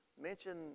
mention